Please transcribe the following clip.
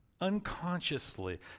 unconsciously